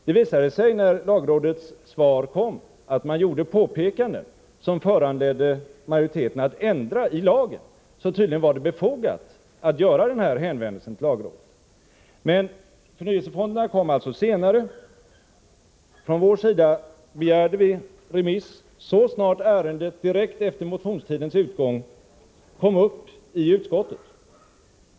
Det visade sig, när lagrådets svar kom, att lagrådet gjorde påpekanden som föranledde majoriteten att ändra i lagförslaget. Tydligen var hänvändelsen till lagrådet befogad! Men förslaget om förnyelsefonderna kom alltså till riksdagen senare. Från vår sida begärde vi remiss så snart ärendet, direkt efter motionstidens utgång, kom upp i utskottet.